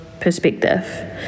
perspective